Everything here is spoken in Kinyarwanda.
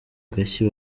agashyi